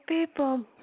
people